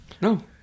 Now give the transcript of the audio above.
No